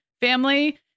family